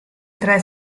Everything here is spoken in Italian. tre